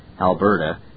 Alberta